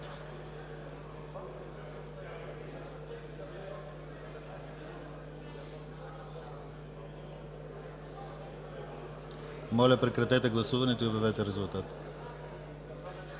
Моля, прекратете гласуването и обявете резултат.